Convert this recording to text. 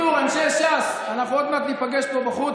בקיצור, אנשי ש"ס, אנחנו עוד מעט ניפגש פה בחוץ.